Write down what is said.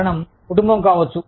కారణం కుటుంబం కావచ్చు